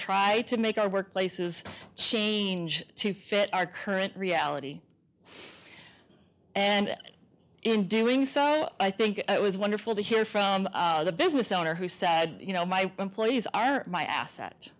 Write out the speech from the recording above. try to make our workplaces change to fit our current reality and in doing so i think it was wonderful to hear from a business owner who said you know my employees are my asset